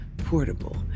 portable